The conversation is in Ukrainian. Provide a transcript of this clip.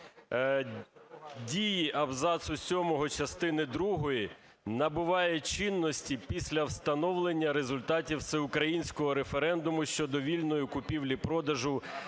дії абзацу сьомого частини другої: набуває чинності після встановлення результатів всеукраїнського референдуму щодо вільної купівлі-продажу